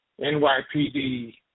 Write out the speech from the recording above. NYPD